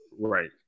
Right